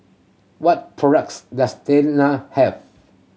what products does Tena have